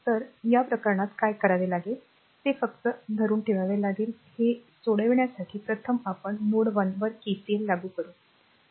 तर या प्रकरणात काय करावे लागेल ते फक्त धरून ठेवावे लागेल हे सोडविण्यासाठी प्रथम आपण नोड १ वर केसीएल लागू करू